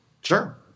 sure